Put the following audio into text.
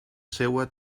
seua